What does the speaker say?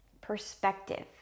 perspective